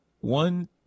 One